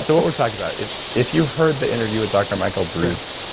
so what we're talking about, if if you heard the interview with dr. michael breus,